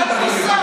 אל תיסע.